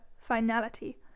Finality